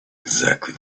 exactly